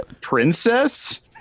princess